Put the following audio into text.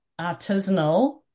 artisanal